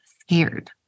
scared